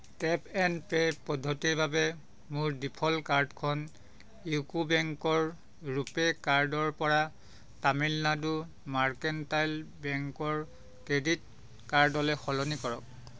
tap and pay পদ্ধতিৰ বাবে মোৰ ডিফ'ল্ট কাৰ্ডখন ইউকো বেংকৰ ৰুপে কাৰ্ডৰপৰা তামিলনাডু মাৰ্কেণ্টাইল বেংকৰ ক্ৰেডিট কাৰ্ডলৈ সলনি কৰক